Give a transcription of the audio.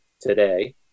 today